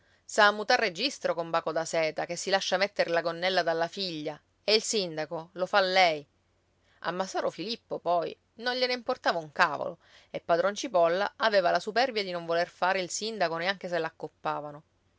a mutar registro con baco da seta che si lascia metter la gonnella dalla figlia e il sindaco lo fa lei a massaro filippo poi non gliene importava un cavolo e padron cipolla aveva la superbia di non voler fare il sindaco neanche se